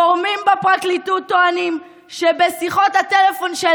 גורמים בפרקליטות טוענים שבשיחות הטלפון של